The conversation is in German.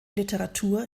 literatur